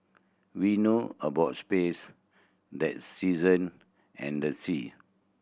we know about space than season and the sea